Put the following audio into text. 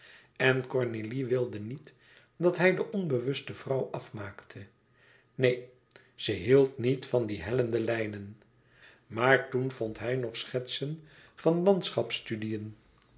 en cornélie wilde niet dat hij de onbewuste vrouw afmaakte neen ze hield niet van die hellende lijnen maar toen vond hij nog schetsen van